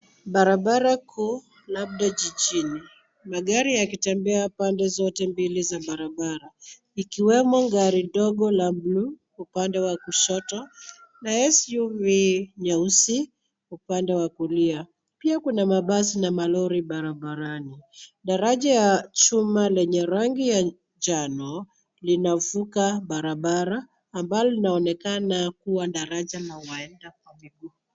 Barabara kuu labda jijini. Magari yakitembea pande zote mbili za barabara ikiwemo gari ndogo la bluu upande wa kushoto na SUV nyeusi upande wa kulia. Pia kuna mabasi na malori barabarani. Daraja ya chuma lenye rangi ya njano linavuka barabara ambalo linaonekana kuwa daraja la waenda kwa miguu.